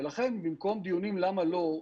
ולכן במקום דיונים למה לא,